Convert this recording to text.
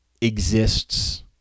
exists